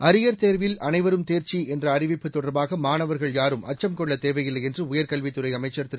arrear தேர்வில் அனைவரும் தேர்ச்சி என்ற அறிவிப்பு தொடர்பாக மாணவர்கள் யாரும் அச்சம் கொள்ளத் தேவையில்லை என்று உயர்கல்வித் துறை அமைச்சர் திரு